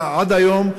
עד היום,